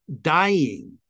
dying